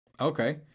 Okay